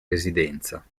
residenza